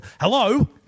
hello